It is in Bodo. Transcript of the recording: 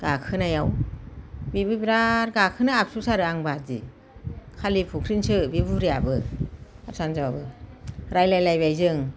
गाखोनायाव बेबो बिराद गाखोनो आबसुस आरो आं बायदि कालिफख्रिनिसो बे बुरियाबो हारसा हिनजाव रायलायलायबाय जों